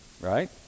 Right